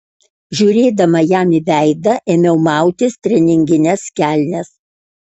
žiūrėdama jam į veidą ėmiau mautis treningines kelnes